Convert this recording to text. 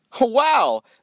Wow